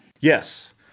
Yes